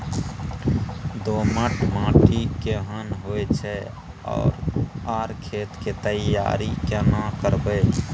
दोमट माटी केहन होय छै आर खेत के तैयारी केना करबै?